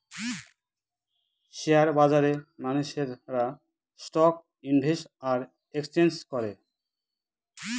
share বাজারে মানুষেরা stock invest আর এক্সচেঞ্জ করে